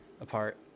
apart